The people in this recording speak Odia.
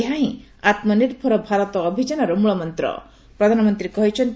ଏହା ହିଁ ଆମ୍ନିର୍ଭର ଭାରତ ଅଭିଯାନର ମ୍ବଳମନ୍ତ୍ର ବୋଲି ପ୍ରଧାନମନ୍ତ୍ରୀ କହିଛନ୍ତି